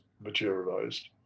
materialized